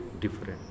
different